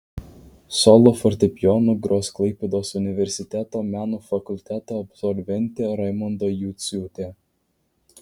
solo fortepijonu gros klaipėdos universiteto menų fakulteto absolventė raimonda juciūtė